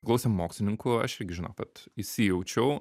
klausėm mokslininkų aš irgi žinok vat įsijaučiau